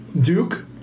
Duke